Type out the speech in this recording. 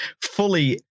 fully